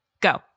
go